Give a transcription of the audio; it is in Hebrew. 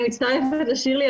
אני מצטרפת לשירלי,